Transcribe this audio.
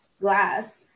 glass